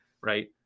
right